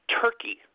Turkey